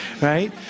right